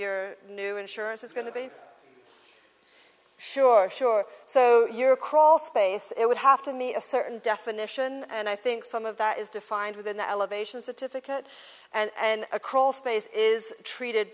your new insurance is going to be sure sure so your crawl space it would have to me a certain definition and i think some of that is defined within the elevation certificate and a crawl space is treated